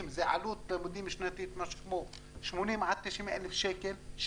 זה עלות לימודים שנתית משהו כמו 80 עד 90 אלף שקל.